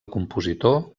compositor